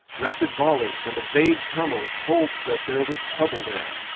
rapid volleys and a vague tumult told that there was trouble there.